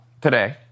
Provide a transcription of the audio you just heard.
today